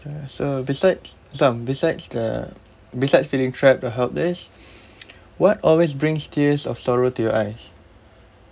uh so besides zam besides the besides feeling trapped or helpless what always brings tears of sorrow to your eyes